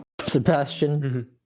Sebastian